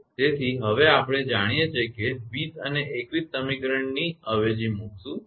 તેથી હવે આપણે જાણીએ છીએ કે 20 અને 21 સમીકરણની અવેજી મૂકશું